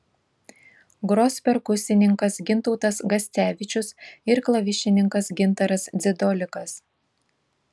gros perkusininkas gintautas gascevičius ir klavišininkas gintaras dzidolikas